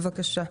בבקשה.